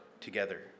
together